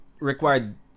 required